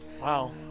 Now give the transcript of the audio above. Wow